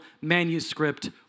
manuscript